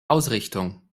ausrichtung